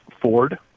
Ford